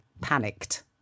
panicked